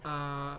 ah